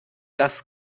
das